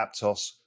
Aptos